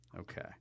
Okay